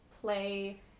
play